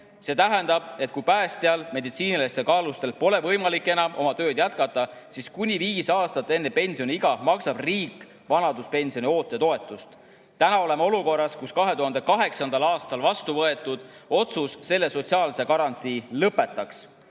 See tähendab, et kui päästjal meditsiinilistel kaalutlustel pole võimalik enam oma tööd jätkata, siis kuni viis aastat enne pensioniiga maksab riik vanaduspensioni oote toetust. Oleme olukorras, kus 2008. aastal vastuvõetud otsus selle sotsiaalse garantii lõpetaks.